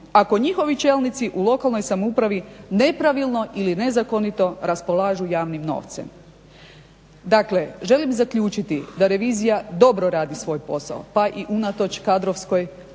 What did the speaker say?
ako njihovi čelnici u lokalnoj samoupravi nepravilno ili nezakonito raspolažu javnim novcem. Dakle, želim zaključiti da revizija dobro radi svoj posao pa i unatoč kadrovskoj